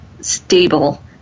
stable